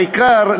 העיקר,